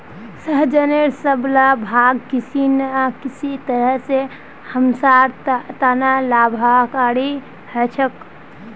सहजनेर सब ला भाग किसी न किसी तरह स हमसार त न लाभकारी ह छेक